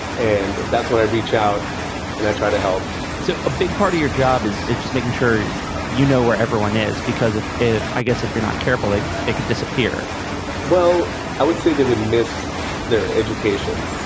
and that's when i reach out and i try to help so a big part of your job is is just making sure you know where everyone is, because if if i guess if you're not careful, like they they could disappear well, i would say they would miss their education,